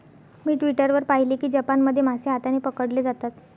मी Twitter वर पाहिले की जपानमध्ये मासे हाताने पकडले जातात